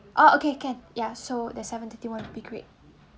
orh okay can ya so that seven-thirty one will be great